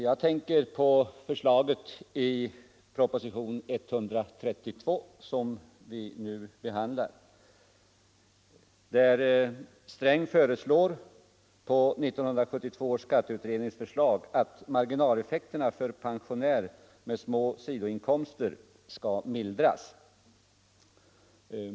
Jag tänker på förslaget i propositionen 132, som vi nu behandlar och där finansminister Sträng på grundval av 1972 års skatteutredning föreslår att marginaleffekterna för pensionärer med små sidoinkomster skall mildras.